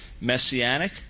messianic